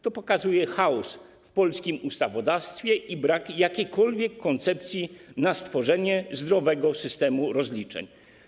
To pokazuje chaos w polskim ustawodawstwie i brak jakiejkolwiek koncepcji na stworzenie zdrowego systemu rozliczeń.